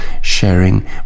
Sharing